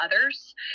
others